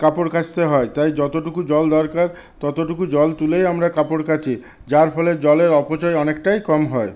কাপড় কাচতে হয় তাই যতটুকু জল দরকার ততটুকু জল তুলেই আমরা কাপড় কাচি যার ফলে জলের অপচয় অনেকটাই কম হয়